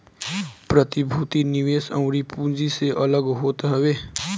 प्रतिभूति निवेश अउरी पूँजी से अलग होत हवे